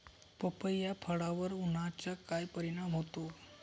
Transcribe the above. पपई या फळावर उन्हाचा काय परिणाम होतो?